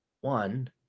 one